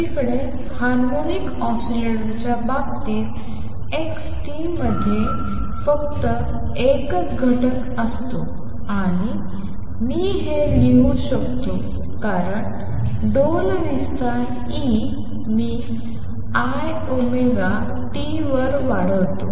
दुसरीकडे हार्मोनिक ऑसिलेटरच्या बाबतीत xt मध्ये फक्त एकच घटक असतो आणि मी हे लिहू शकतो कारण डोलविस्तार e मी i ओमेगा टी वर वाढवतो